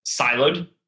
siloed